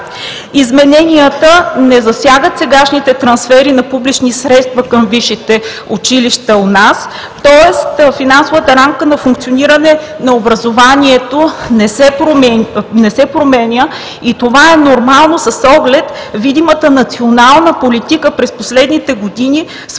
Измененията не засягат сегашните трансфери на публични средства към висшите училища у нас, тоест финансовата рамка на функциониране на образованието не се променя и това е нормално с оглед видимата национална политика през последните години,